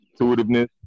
intuitiveness